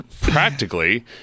Practically